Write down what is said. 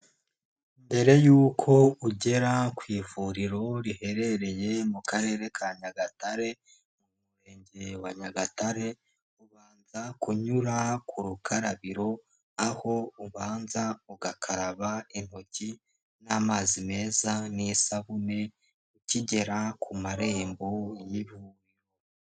Mbere y'uko ugera ku ivuriro riherereye mu karere ka Nyagatare, mu murenge wa Nyagatare, ubanza kunyura ku rukarabiro aho ubanza ugakaraba intoki n'amazi meza n'isabune, ukigera ku marembo y'ibu.